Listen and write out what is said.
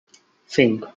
cinco